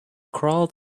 crawled